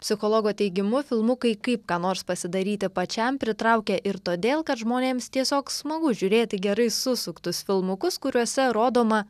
psichologo teigimu filmukai kaip ką nors pasidaryti pačiam pritraukia ir todėl kad žmonėms tiesiog smagu žiūrėti gerai susuktus filmukus kuriuose rodoma